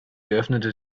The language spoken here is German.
öffnete